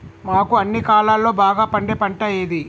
మనకు అన్ని కాలాల్లో బాగా పండే పంట ఏది?